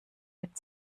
mit